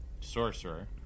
sorcerer